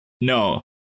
no